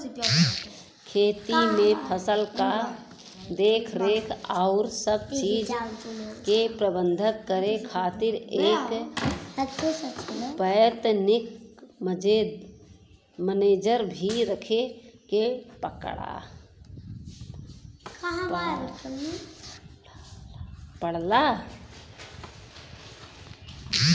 खेती में फसल क देखरेख आउर सब चीज के प्रबंध करे खातिर एक वैतनिक मनेजर भी रखे के पड़ला